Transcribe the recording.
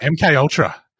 MKUltra